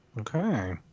Okay